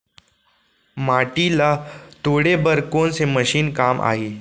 माटी ल तोड़े बर कोन से मशीन काम आही?